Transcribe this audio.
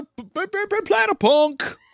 Platypunk